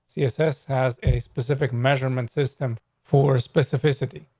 css has a specific measurement system for specificity,